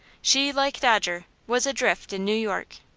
she, like dodger, was adrift in new york.